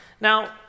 Now